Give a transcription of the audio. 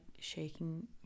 shaking